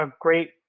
great